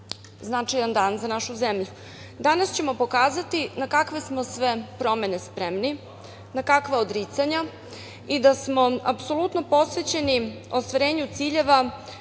značajan dan za našu zemlju. Danas ćemo pokazati na kakve smo sve promene spremni, na kakva odricanja i da smo apsolutno posvećeni ostvarivanju ciljeva